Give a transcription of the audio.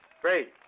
Great